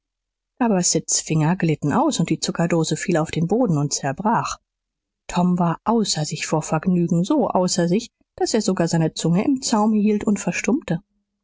aber sids finger glitten aus und die zuckerdose fiel auf den boden und zerbrach tom war außer sich vor vergnügen so außer sich daß er sogar seine zunge im zaume hielt und verstummte